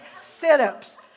sit-ups